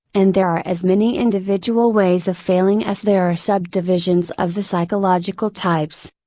and there are as many individual ways of failing as there are subdivisions of the psychological types.